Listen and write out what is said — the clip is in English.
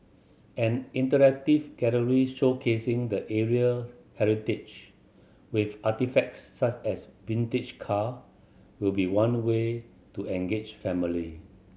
an interactive gallery showcasing the area's heritage with artefacts such as vintage car will be one way to engage family